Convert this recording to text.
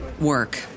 work